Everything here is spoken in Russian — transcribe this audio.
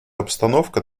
обстановка